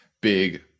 big